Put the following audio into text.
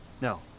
No